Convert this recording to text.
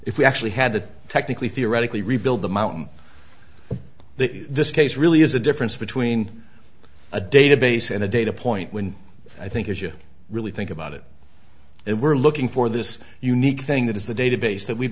if we actually had to technically theoretically rebuild the mountain that this case really is a difference between a database and a data point when i think if you really think about it and we're looking for this unique thing that is the database that we've